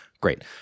Great